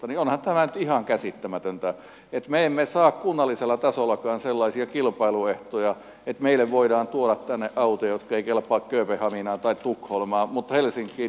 onhan tämä nyt ihan käsittämätöntä että me emme saa kunnallisellakaan tasolla sellaisia kilpailuehtoja ja meille voidaan tuoda tänne autoja jotka eivät kelpaa kööpenhaminaan tai tukholmaan mutta helsinkiin ja ouluun kelpaavat